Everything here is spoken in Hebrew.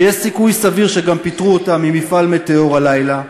שיש סיכוי סביר שגם פיטרו אותה ממפעל "מטאור" הלילה,